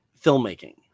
filmmaking